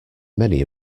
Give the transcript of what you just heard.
many